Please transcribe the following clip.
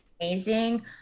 amazing